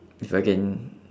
if I can